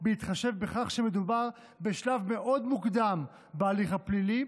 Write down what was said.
בהתחשב בכך שמדובר בשלב מאוד מוקדם בהליך הפלילי,